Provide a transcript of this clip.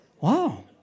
Wow